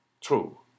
True